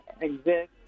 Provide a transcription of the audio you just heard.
exist